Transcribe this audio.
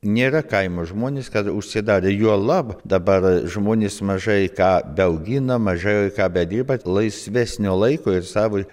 nėra kaimo žmonės kad užsidarę juolab dabar žmonės mažai ką beaugina mažai ką bedirba laisvesnio laiko ir savai